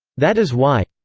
that is why.